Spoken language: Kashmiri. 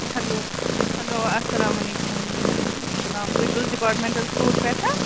ہیٚلو ہیٚلو اَسلامُ علیکُم وعلیکُم اسلام تُہۍ چھِو حظ ڈِپارٹمٮ۪نٹَل سِٹور پٮ۪ٹھٕ